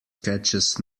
catches